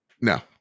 No